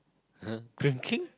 err drinking